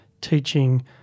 teaching